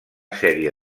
sèrie